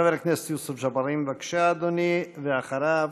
חבר הכנסת יוסף ג'בארין, בבקשה, אדוני, ואחריו,